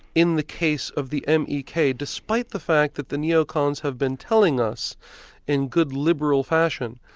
in the case of the m. e. k. despite the fact that the neocons have been telling us in good liberal fashion,